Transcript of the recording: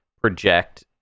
project